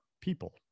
people